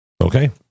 Okay